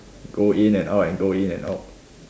go in and out and go in and out